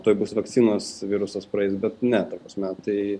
tuoj bus vakcinos virusas praeis bet ne ta prasme tai